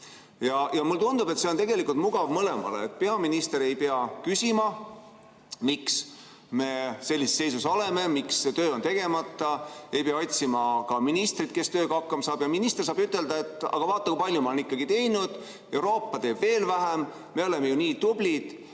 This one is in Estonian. Mulle tundub, et see on tegelikult mugav mõlemale: peaminister ei pea küsima, miks me sellises seisus oleme, miks see töö on tegemata, ja ei pea otsima ka ministrit, kes tööga hakkama saaks. Minister saab ütelda, et aga vaata, kui palju ma olen ikkagi teinud, Euroopa teeb veel vähem. Me oleme ju nii tublid